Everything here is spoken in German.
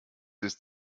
ist